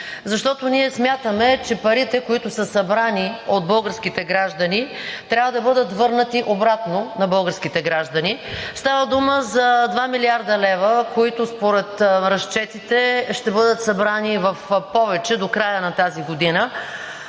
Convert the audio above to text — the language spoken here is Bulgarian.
защото ние смятаме, че парите, които са събрани от българските граждани, трябва да бъдат върнати обратно на българските граждани. Става дума за 2 млрд. лв., които според разчетите ще бъдат събрани в повече до края на тази година.